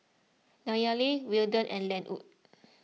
Nayely Weldon and Lenwood